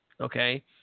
okay